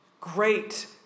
great